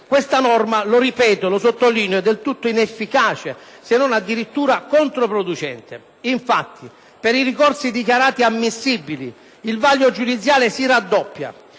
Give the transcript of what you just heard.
questa norma – lo ripeto e lo sottolineo – edel tutto inefficace, se non addirittura controproducente. Infatti, per i ricorsi dichiarati ammissibili il vaglio giudiziale si raddoppia: